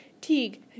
Teague